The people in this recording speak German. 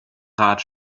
rat